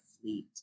fleet